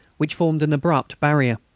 which formed an abrupt barrier.